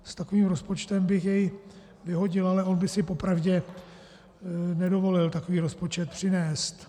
S takovým rozpočtem bych jej vyhodil, ale on by si po pravdě nedovolil takový rozpočet přinést.